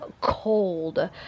cold